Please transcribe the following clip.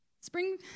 Spring